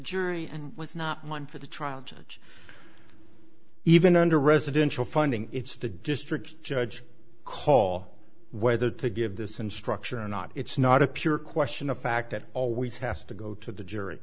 jury and was not one for the trial judge even under residential funding it's the district judge call whether to give this instruction or not it's not a pure question of fact it always has to go to the jury